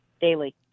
daily